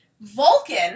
Vulcan